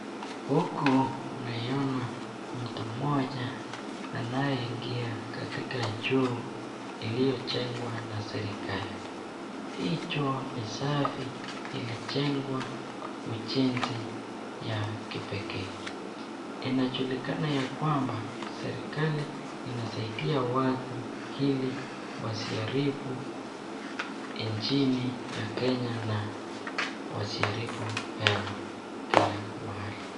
Huku naiona mtu mmoja anayeingia katika choo iliyojengwa na serekali. Hii choo ni safi ilijengwa ujenzi ya kipekee. Inajulikana ya kwamba serekali inasaidia watu ili wasiharibu nchini nchini ya kenya na wasiharibu hewa kila mahali.